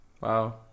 Wow